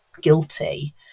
guilty